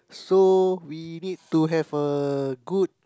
so we need to have a good